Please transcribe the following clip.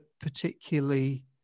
particularly